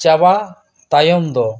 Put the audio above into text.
ᱪᱟᱵᱟ ᱛᱟᱭᱚᱢ ᱫᱚ